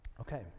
Okay